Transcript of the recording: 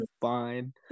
fine